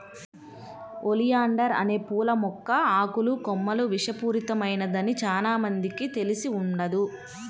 oleander అనే పూల మొక్క ఆకులు, కొమ్మలు విషపూరితమైనదని చానా మందికి తెలిసి ఉండదు